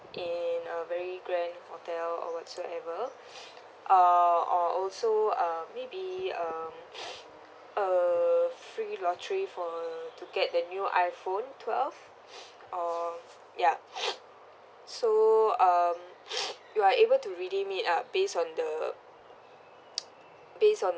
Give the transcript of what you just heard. in a very grand hotel or what so ever uh or also uh maybe um a free lottery to get the new iPhone twelve or yup so um you are able to redeem it up based on the base on